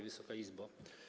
Wysoka Izbo!